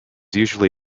usually